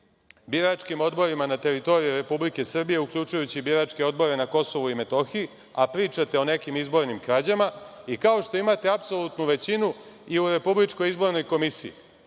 biračkim odborima na teritoriji Republike Srbije, uključujući i biračke odbore na Kosovu i Metohiji, a pričate o nekim izbornim krađama, i kao što imate apsolutnu većinu i u RIK-u, pa nam neki